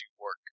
work